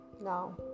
No